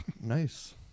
Nice